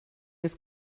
ist